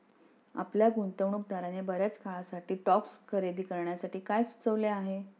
आपल्या गुंतवणूकदाराने बर्याच काळासाठी स्टॉक्स खरेदी करण्यासाठी काय सुचविले आहे?